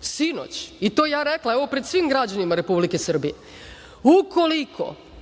sinoć i to ja rekla, evo, pred svim građanima Republike Srbije, ukoliko